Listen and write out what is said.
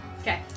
Okay